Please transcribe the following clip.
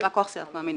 בא כוח סיעת מאמינים.